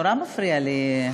נורא מפריע לי.